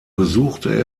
besuchte